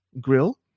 grill